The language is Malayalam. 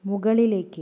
മുകളിലേക്ക്